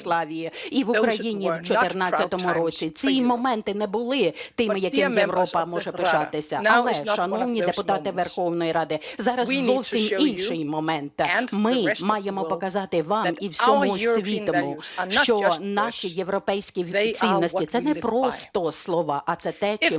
і в Україні в 2014 році, ці моменти не були тими, якими Європа може пишатися. Але, шановні народні депутати Верховної Ради, зараз зовсім інший момент. Ми маємо показати вам і всьому світу, що наші європейські цінності – це не просто слова, а це те, чим ми живемо.